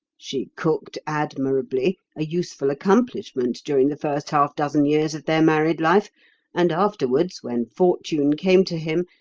she cooked admirably a useful accomplishment during the first half dozen years of their married life and afterwards, when fortune came to him,